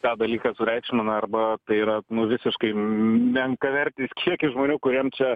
tą dalyką sureikšmina arba tai yra visiškai menkavertis kiekis žmonių kuriem čia